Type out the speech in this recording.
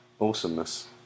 awesomeness